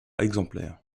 exemplaires